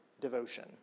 devotion